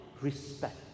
respect